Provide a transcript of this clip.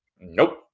Nope